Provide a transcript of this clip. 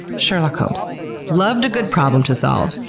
sherlock holmes loved a good problem to solve,